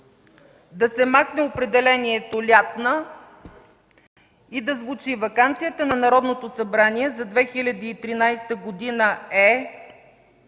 да се махне определението „лятна” и да звучи: „1. Ваканцията на Народното събрание за 2013 г. е